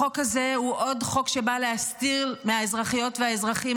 החוק הזה הוא עוד חוק שבא להסתיר מהאזרחיות והאזרחים